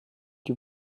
die